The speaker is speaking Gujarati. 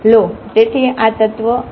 તેથી આ તત્વ Rn માંથી છે